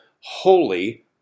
holy